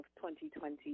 2020